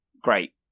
Great